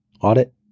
audit